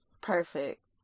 Perfect